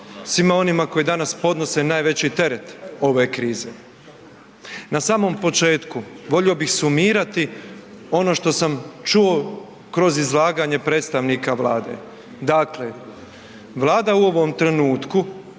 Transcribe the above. svima onima koji danas podnose najveći teret ove krize. Na samom početku volio bih sumirati ono što sam čuo kroz izlaganje predstavnika Vlade. Dakle, Vlada u ovom trenutku